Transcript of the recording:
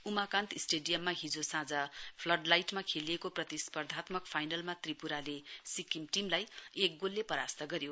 उमाकान्त स्टेडियममा हिजो फ्लाडलाइटमा खेलिएको प्रतिस्प्रार्धात्मक फाइनलमा त्रिपुराले सिक्किमलाई एक गोलले परास्त गर्यो